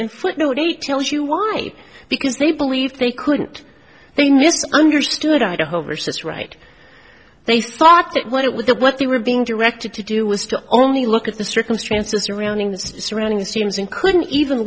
in footnote it tells you why because they believed they couldn't they mis understood idaho versus right they thought that what it was that what they were being directed to do was to only look at the circumstances surrounding the surrounding seems in couldn't even